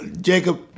Jacob